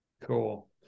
Cool